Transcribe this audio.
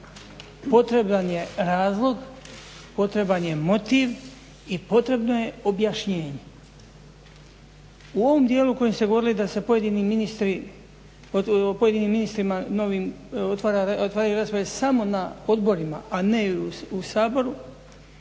potreban je razlog, potreban je motiv i potrebno je objašnjenje. U ovom dijelu u kojem ste govorili da se pojedinim ministrima novim otvaraju rasprave samo na odborima a ne u Saboru